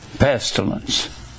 pestilence